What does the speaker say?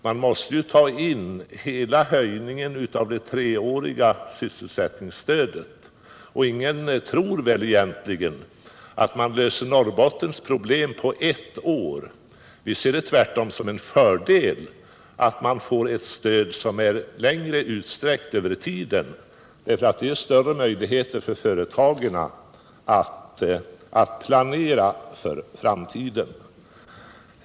Man måste ta in hela höjningen av det treåriga sysselsättningsstödet. Ingen tror väl att man löser Norrbottens problem på ett år. Vi ser det därför som en fördel med ett stöd som är utsträckt längre i tiden, eftersom det ger större möjligheter för företagen att planera för framtiden.